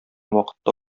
вакытта